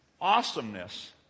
awesomeness